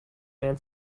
man